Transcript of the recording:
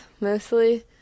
Mostly